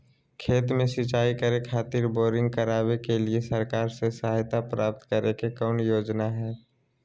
खेत में सिंचाई करे खातिर बोरिंग करावे के लिए सरकार से सहायता प्राप्त करें के कौन योजना हय?